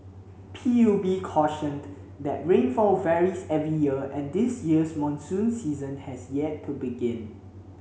P U B cautioned that rainfall varies every year and this year's monsoon season has yet to begin